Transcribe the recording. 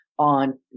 on